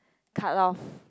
cut off